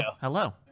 Hello